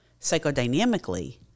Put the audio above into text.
psychodynamically